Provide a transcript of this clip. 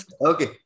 Okay